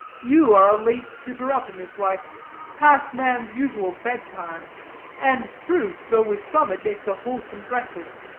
you are a late sitter-up in this life past man's usual bed-time and truth, though with some it makes a wholesome breakfast,